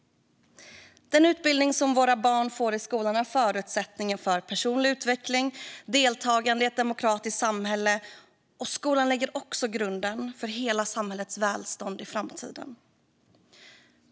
Den utbildning som våra barn får i skolan är förutsättningen för personlig utveckling och för deltagandet i ett demokratiskt samhälle. Skolan lägger också grunden för hela samhällets välstånd i framtiden.